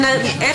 אני